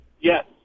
Yes